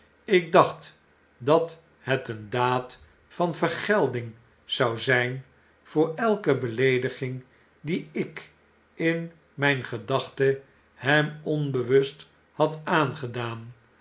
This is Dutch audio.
ik dacht dat het een daad van vergelding zou zijn voor elke beleediging die ik in myn gedachtehem onbewust had aangedaan